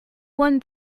one